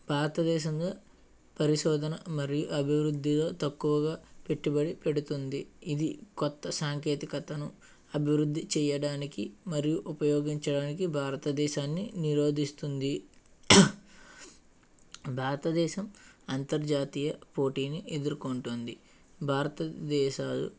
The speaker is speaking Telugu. భారతదేశంలో పరిశోధన మరియు అభివృద్ధిలో తక్కువగా పెట్టుబడి పెడుతుంది ఇది కొత్త సాంకేతికతను అభివృద్ధి చేయడానికి మరియు ఉపయోగించడానికి భారతదేశాన్ని నిరోధిస్తుంది భారతదేశం అంతర్జాతీయ పోటీని ఎదుర్కొంటుంది భారతదేశాలు